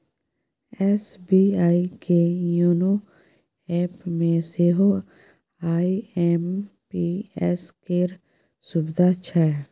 SBI के YONO एपमे सेहो आई.एम.पी.एस केर सुविधा छै